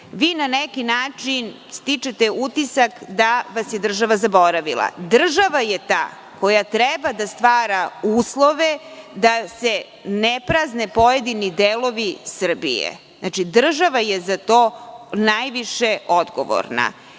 Vi na neki način stičete utisak da vas je država zaboravila. Država je ta koja treba da stvara uslove da se ne prazne pojedini delovi Srbije. Država je za to najviše odgovorna.